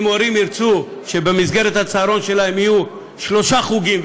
אם הורים ירצו שבמסגרת הצהרון שלהם יהיו שלושה חוגים,